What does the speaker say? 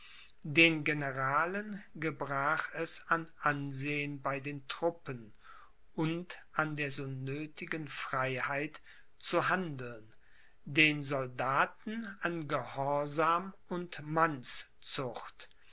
den generalen gebrach es an ansehen bei den truppen und an der so nöthigen freiheit zu handeln den soldaten an gehorsam und mannszucht